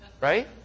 right